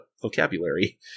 vocabulary